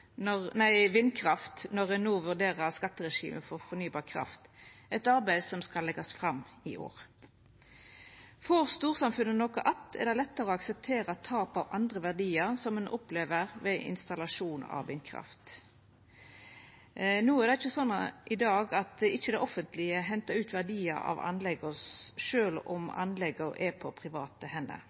når ein no vurderer skatteregimet for fornybar kraft, eit arbeid som skal leggjast fram i år. Får storsamfunnet noko att, er det lettare å akseptera tap av andre verdiar som ein opplever ved installasjon av vindkraft. Det er ikkje sånn i dag at det offentlege ikkje hentar ut verdiar av anlegga – sjølv om anlegga er på private hender.